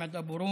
מוחמד אבו רומי,